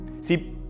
See